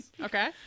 Okay